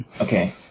Okay